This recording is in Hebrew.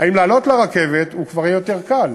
אם לעלות לרכבת, כבר יהיה יותר קל,